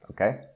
okay